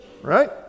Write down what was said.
Right